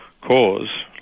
cause